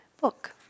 book